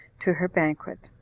to her banquet.